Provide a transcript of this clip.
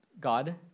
God